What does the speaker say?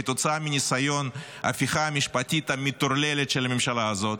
כתוצאה מניסיון ההפיכה המשפטית המטורללת של הממשלה הזאת,